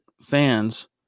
fans